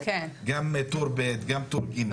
גם טור ב' וגם טור ג'.